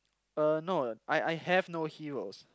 uh no I I have no heroes